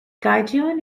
gideon